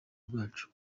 bwacu